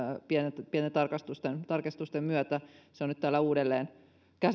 pienten pienten tarkistusten tarkistusten myötä se on nyt täällä uudelleen